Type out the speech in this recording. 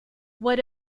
what